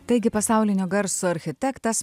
taigi pasaulinio garso architektas